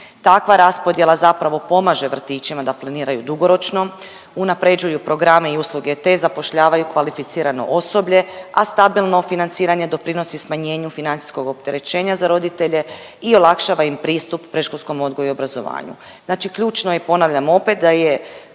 Takva raspodjela zapravo pomaže vrtićima da planiraju dugoročno, unapređuju programe i usluge te zapošljavaju kvalificirano osoblje, a stabilno financiranje doprinosi smanjenju financijskog opterećenja za roditelje i olakšava im pristup predškolskom odgoju i obrazovanju. Znači ključno je ponavljam opet, da je